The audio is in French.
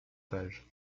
page